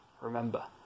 Remember